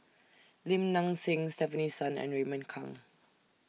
Lim Nang Seng Stefanie Sun and Raymond Kang